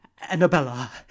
Annabella